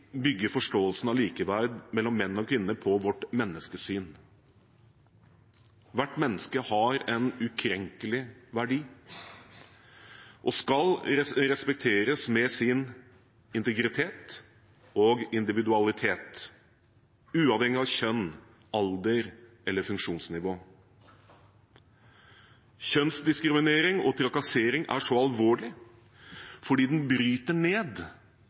forståelsen av likeverd mellom menn og kvinner på vårt menneskesyn. Hvert menneske har en ukrenkelig verdi og skal respekteres med sin integritet og individualitet, uavhengig av kjønn, alder eller funksjonsnivå. Kjønnsdiskriminering og trakassering er så alvorlig fordi det bryter ned